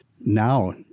now